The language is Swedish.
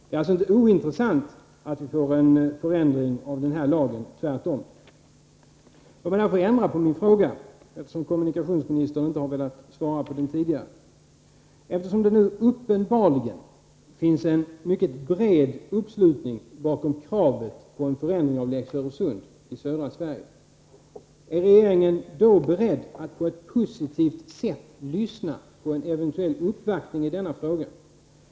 Det är alltså inte ointressant att vi får en förändring av denna lag — tvärtom. Låt mig så ändra på min fråga, eftersom kommunikationsministern inte har velat svara på den tidigare. Då det uppenbarligen finns en mycket bred uppslutning i södra Sverige bakom kravet på en förändring av lex Öresund, är regeringen beredd att på ett positivt sätt lyssna på en eventuell uppvaktning i denna fråga?